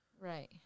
right